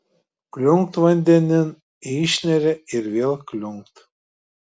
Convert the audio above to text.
kliunkt vandenin išneria ir vėl kliunkt